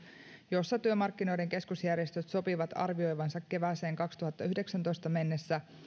jossa työmarkkinoiden keskusjärjestöt sopivat arvioivansa kevääseen kaksituhattayhdeksäntoista mennessä